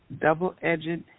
double-edged